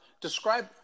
Describe –